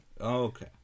Okay